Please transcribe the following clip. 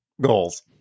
goals